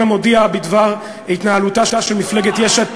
"המודיע" בדבר התנהלותה של מפלגת יש עתיד,